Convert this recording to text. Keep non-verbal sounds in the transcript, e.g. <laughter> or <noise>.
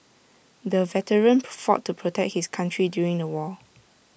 the veteran <unintelligible> fought to protect his country during the war